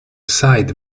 sight